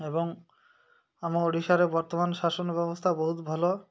ଏବଂ ଆମ ଓଡ଼ିଶାରେ ବର୍ତ୍ତମାନ ଶାସନ ବ୍ୟବସ୍ଥା ବହୁତ ଭଲ